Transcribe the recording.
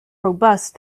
robust